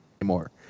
anymore